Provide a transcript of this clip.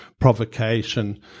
provocation